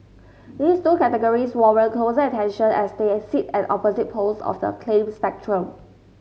these two categories warrant closer attention as they sit at opposite poles of the claim spectrum